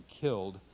killed